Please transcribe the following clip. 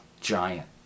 giant